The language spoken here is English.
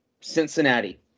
Cincinnati